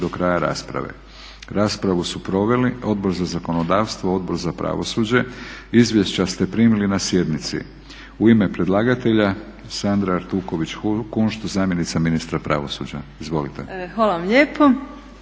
Hvala vam lijepo.